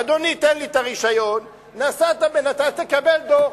אדוני, תן לי את הרשיון, נסעת בנת"צ תקבל דוח.